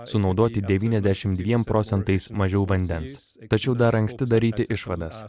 sunaudoti devyniasdešim dviem procentais mažiau vandens tačiau dar anksti daryti išvadas